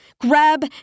Grab